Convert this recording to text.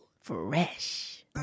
Fresh